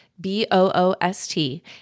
B-O-O-S-T